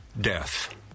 Death